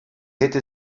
hätte